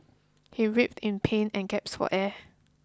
he writhed in pain and gasped for air